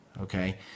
okay